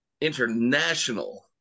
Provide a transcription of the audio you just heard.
International